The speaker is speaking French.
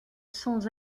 sans